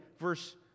verse